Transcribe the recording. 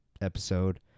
episode